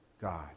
God